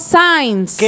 signs